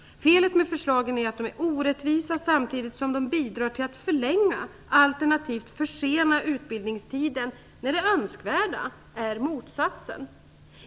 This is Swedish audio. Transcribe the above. Felet med förslagen är att de är orättvisa, samtidigt som de bidrar till att förlänga alternativt försena utbildningstiden, när det önskvärda är det motsatta.